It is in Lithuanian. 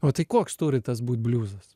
o tai koks turi tas būt bliuzas